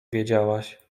wiedziałaś